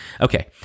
Okay